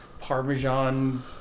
Parmesan